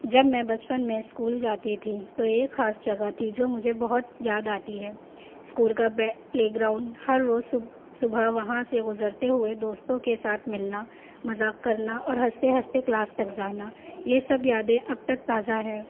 جب میں بچپن میں اسکول جاتی تھی تو ایک خاص جگہ تھی جو مجھے بہت یاد آتی ہے اسکول کا پلے گراؤنڈ ہر روز صب صبح وہاں سے گزرتے ہوئے دوستوں کے ساتھ ملنا مذاق کرنا اور ہنستے ہنستے کلاس تک جانا یہ سب یادیں اب تک تازہ ہیں